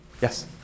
Yes